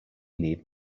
need